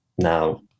Now